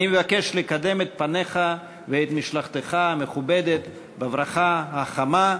אני מבקש לקדם את פניך ואת פני משלחתך המכובדת בברכה החמה: